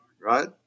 right